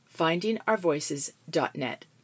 findingourvoices.net